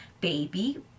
Baby